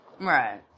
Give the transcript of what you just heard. Right